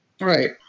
Right